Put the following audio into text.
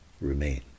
Remain